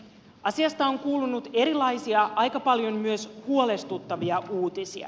asiasta on kuulunut erilaisia aika paljon myös huolestuttavia uutisia